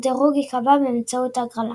הדירוג ייקבע באמצעות הגרלה.